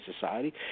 society